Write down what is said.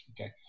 Okay